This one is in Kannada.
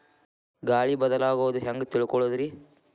ಗಾಳಿ ಬದಲಾಗೊದು ಹ್ಯಾಂಗ್ ತಿಳ್ಕೋಳೊದ್ರೇ?